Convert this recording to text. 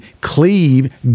cleave